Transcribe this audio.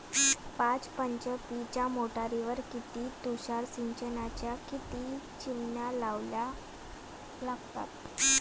पाच एच.पी च्या मोटारीवर किती तुषार सिंचनाच्या किती चिमन्या लावा लागन?